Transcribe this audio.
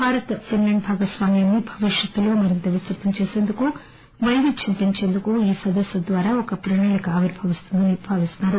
భారత ఫిస్లెండ్ భాగస్వామ్యాన్ని భవిష్యత్తులు మరింత విస్తుతం చేసందుకు వైవిధ్యం పెంచేందుకు ఈ సదస్సు ద్వారా ఒక ప్రణాళిక ఆవిర్బవిస్తుందని భావిస్తున్నారు